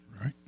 Right